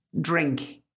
drink